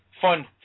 fun